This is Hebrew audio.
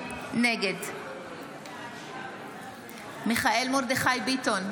נגד מיכאל מרדכי ביטון,